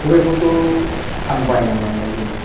ख'बाइखौथ' आं बायना लांबाय जेनेबा